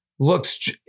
looks